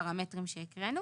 בחוק המקרקעין,